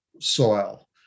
soil